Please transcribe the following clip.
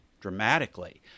dramatically